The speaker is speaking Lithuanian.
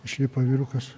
išlipo vyrukas